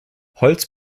holz